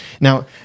Now